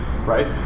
Right